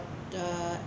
the